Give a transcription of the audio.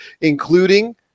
including